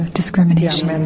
discrimination